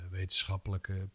wetenschappelijke